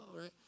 right